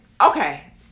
okay